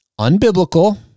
unbiblical